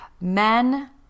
men